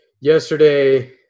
Yesterday